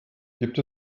gibt